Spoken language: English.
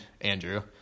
Andrew